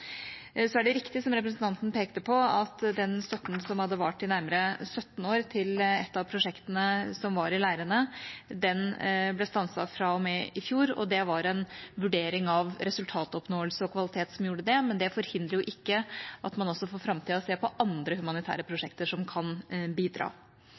Så er det riktig, som representanten pekte på, at den støtten som hadde vart i nærmere 17 år til et av prosjektene som var i leirene, ble stanset fra og med i fjor. Det var en vurdering av resultatoppnåelse og kvalitet som gjorde det. Men det forhindrer ikke at man også for framtida ser på andre humanitære